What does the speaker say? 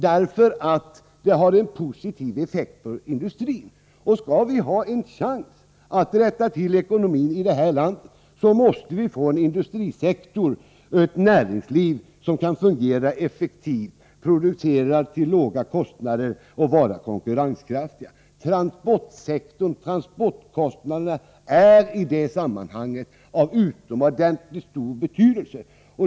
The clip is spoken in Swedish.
De har nämligen en positiv effekt på industrin. Skall vi ha en chans att rätta till ekonomin i det här landet, måste vi få en industrisektor och ett näringsliv som kan fungera effektivt, producera till låga kostnader och vara konkurrenskraftigt. Transportsektorn och transportkostnaderna är i det sammanhanget av utomordentligt stor betydelse.